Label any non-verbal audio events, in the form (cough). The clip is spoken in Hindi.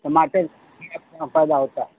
टमाटर (unintelligible) पैदा होता है